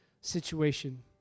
situation